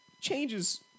changes